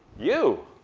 you?